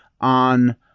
on